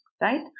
right